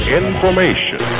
information